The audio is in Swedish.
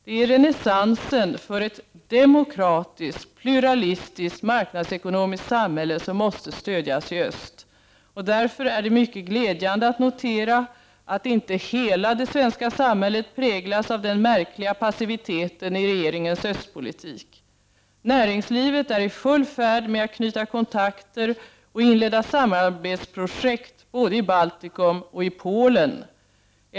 Det är renässansen för ett demokratiskt, pluralistiskt, marknadsekonomiskt samhälle som måste stödjas i öst, och därför är det mycket glädjande att notera att inte hela det svenska samhället präglas av den märkliga passiviteten i regeringens östpolitik. Näringslivet är i full färd med att knyta kontakter och inleda samarbetsprojekt både i Baltikum och i Polen.